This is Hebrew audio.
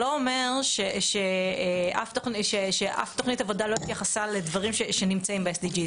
זה לא אומר שאף תוכנית עבודה לא התייחסה לדברים שנמצאים ב-SDG,